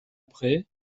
après